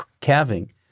calving